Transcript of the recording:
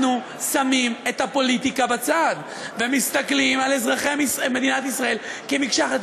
אנחנו שמים את הפוליטיקה בצד ומסתכלים על אזרחי מדינת ישראל כמקשה אחת.